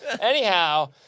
Anyhow